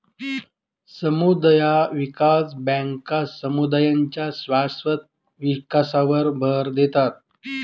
समुदाय विकास बँका समुदायांच्या शाश्वत विकासावर भर देतात